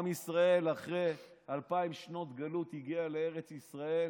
עם ישראל אחרי אלפיים שנות גלות הגיע לארץ ישראל,